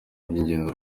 by’ingenzi